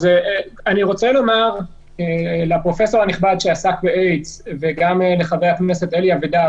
אני רוצה לומר לפרופ' הנכבד שעסק באיידס וגם לחבר הכנסת אלי אבידר